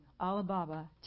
Alibaba